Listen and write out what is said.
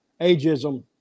Ageism